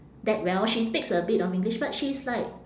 that well she speaks a bit of english but she's like